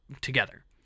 together